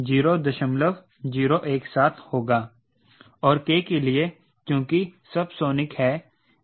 तो इससे आपको अंदाजा हो जाता है कि आपको किस CL पर उड़ान भरने की जरूरत है ताकि आपको CLCDmax मिल जाए और आपको पता है कि न्यूनतम आवश्यक थ्रस्ट कितना है